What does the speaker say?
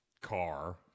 car